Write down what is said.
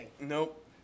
Nope